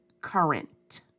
current